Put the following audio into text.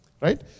right